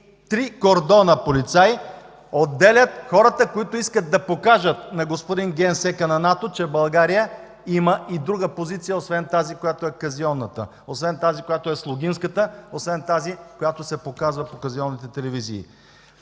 три кордона полицаи отделят хората, които искат да покажат на господин генсека на НАТО, че България има и друга позиция освен казионната, освен слугинската, освен тази, която се показва по казионните телевизии.